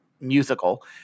musical